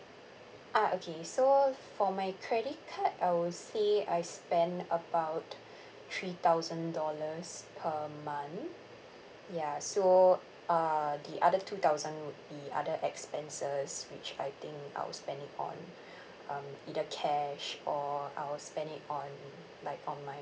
ah okay so for my credit I will say I spend about three thousand dollars per month ya so uh the other two thousand would be other expenses which I think I will spend it on um either cash or I will spend it on like on my